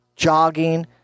Jogging